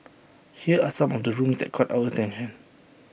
here are some of the rooms that caught our attention